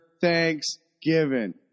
Thanksgiving